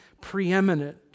preeminent